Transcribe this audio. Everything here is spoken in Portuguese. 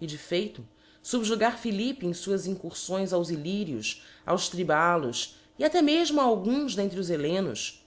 e de feito fubjugar philippe em fuás incurfões aos luyrios aos triballos e até mefmo a alguns dentre os hellenos